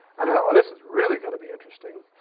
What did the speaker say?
and yeah well, this is really gonna be interesting.